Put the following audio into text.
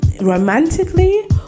romantically